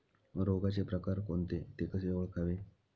रोगाचे प्रकार कोणते? ते कसे ओळखावे?